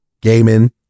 gaming